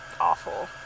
awful